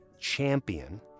champion